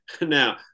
Now